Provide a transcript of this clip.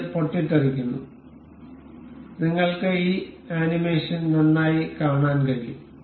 ഇത് പൊട്ടിത്തെറിക്കുന്നു നിങ്ങൾക്ക് ഈ ആനിമേഷൻ നന്നായി കാണാൻ കഴിയും